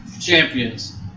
Champions